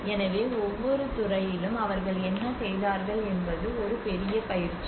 எனவே ஒவ்வொரு துறையிலும் அவர்கள் என்ன செய்தார்கள் என்பது ஒரு பெரிய பயிற்சி